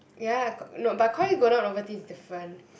ya Ko~ no but Koi golden Ovaltine is different